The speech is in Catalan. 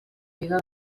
vida